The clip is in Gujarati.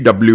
ડબલ્યુ